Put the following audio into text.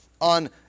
on